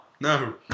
No